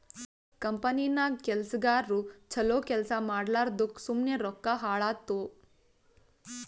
ಕಂಪನಿನಾಗ್ ಕೆಲ್ಸಗಾರು ಛಲೋ ಕೆಲ್ಸಾ ಮಾಡ್ಲಾರ್ದುಕ್ ಸುಮ್ಮೆ ರೊಕ್ಕಾ ಹಾಳಾತ್ತುವ್